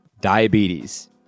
diabetes